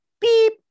beep